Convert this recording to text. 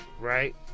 Right